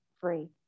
free